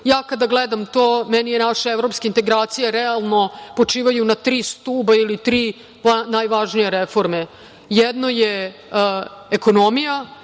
ja kada gledam to, meni naše evropske integracije, realno, počivaju na tri stuba, ili tri najvažnije reforme. Jedno je ekonomija,